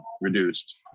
reduced